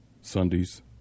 Sundays